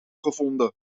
gevonden